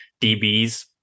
DBs